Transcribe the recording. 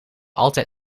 altijd